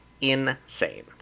insane